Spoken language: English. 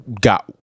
got